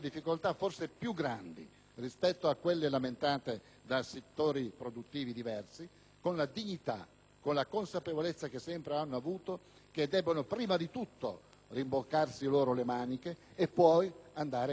rispetto a quelle lamentate da settori produttivi diversi, con la dignità e la consapevolezza, che hanno sempre avuto, che debbono prima di tutto rimboccarsi loro le maniche e poi andare a chiedere aiuti altrove.